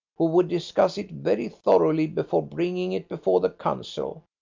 who would discuss it very thoroughly before bringing it before the council.